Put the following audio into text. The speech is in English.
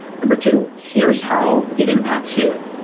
number two, here's how it impacts you.